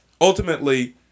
ultimately